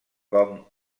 com